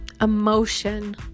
emotion